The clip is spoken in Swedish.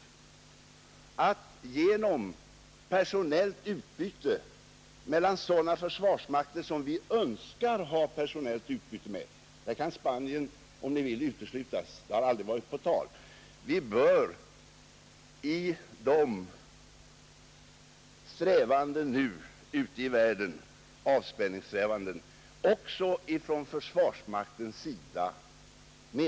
Det kan vi göra genom personellt utbyte med sådana försvarsmakter som vi önskar ha personellt utbyte med — där kan Spanien om ni så vill uteslutas; det landet har aldrig varit på tal i sådana här sammanhang.